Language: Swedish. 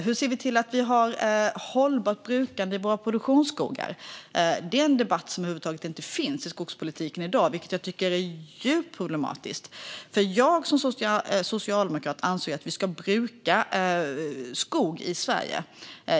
Hur ser vi till att vi har hållbart brukande i våra produktionsskogar? Det är en debatt som inte över huvud taget finns i skogspolitiken i dag, vilket jag tycker är djupt problematiskt. Jag som socialdemokrat anser att vi ska bruka skog i Sverige.